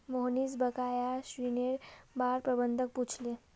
मोहनीश बकाया ऋनेर बार प्रबंधक पूछले